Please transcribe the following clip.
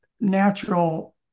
natural